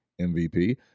MVP